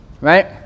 right